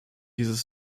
dieses